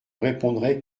répondrai